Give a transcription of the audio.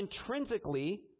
intrinsically